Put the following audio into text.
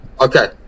Okay